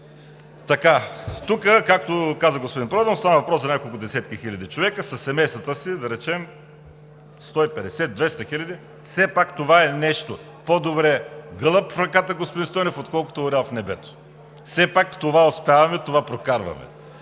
Тук, както каза господин Проданов, става въпрос за няколко десетки хиляди човека, със семействата си, да речем, 150 – 200 хиляди. Все пак това е нещо! По-добре гълъб в ръката, господин Стойнев, отколкото орел в небето. Това успяваме – това прокарваме.